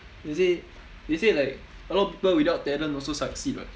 they say they say like a lot of people without talent also succeed [what]